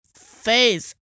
face